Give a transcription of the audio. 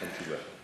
אין תשובה.